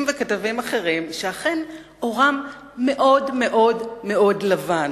וכתבים אחרים שאכן עורם מאוד מאוד לבן.